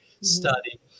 study